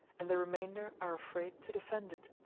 and the remainder are afraid to defend it.